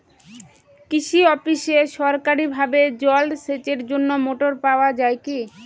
কৃষি অফিসে সরকারিভাবে জল সেচের জন্য মোটর পাওয়া যায় কি?